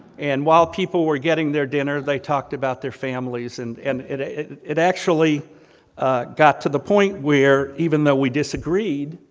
and while people were getting their dinner, they talked about their families and and it ah it actually got to the point where even though, we disagreed,